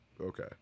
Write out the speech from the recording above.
okay